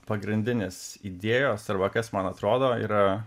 pagrindinės idėjos arba kas man atrodo yra